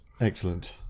Excellent